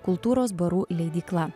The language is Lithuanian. kultūros barų leidykla